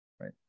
right